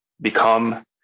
become